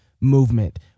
movement